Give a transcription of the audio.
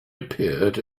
appeared